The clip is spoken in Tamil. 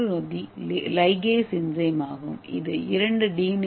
மற்றொரு நொதி லிகேஸ் என்சைம் ஆகும் இது இரண்டு டி